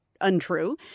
untrue